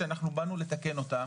שאנחנו באנו לתקן אותה,